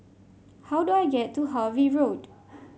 how do I get to Harvey Road